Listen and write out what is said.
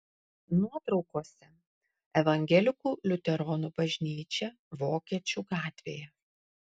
nuotraukose evangelikų liuteronų bažnyčia vokiečių gatvėje